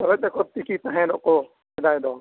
ᱛᱚᱨᱚᱡ ᱛᱮᱠᱚ ᱛᱤᱠᱤ ᱛᱟᱦᱮᱱ ᱠᱚ ᱥᱮᱫᱟᱭ ᱫᱚ